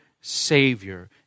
Savior